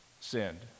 sinned